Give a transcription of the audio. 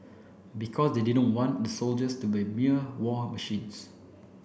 because they didn't want the soldiers to be mere war machines